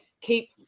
keep